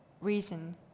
reason